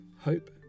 Hope